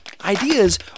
Ideas